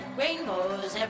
rainbows